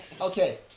Okay